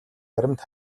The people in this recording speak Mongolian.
баримт